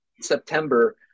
September